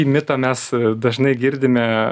į mitą mes dažnai girdime